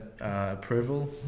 approval